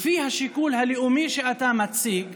לפי השיקול הלאומי שאתה מציג,